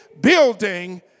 building